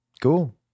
Cool